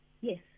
yes